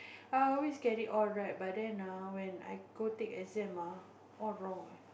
I always get it all right but then ah when I go take exam ah all wrong ah